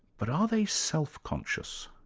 but are they self-conscious?